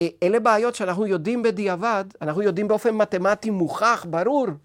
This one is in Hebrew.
אלה בעיות שאנחנו יודעים בדיעבד, אנחנו יודעים באופן מתמטי מוכח, ברור.